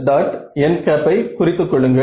nஐ குறித்துக் கொள்ளுங்கள்